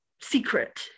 secret